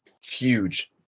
huge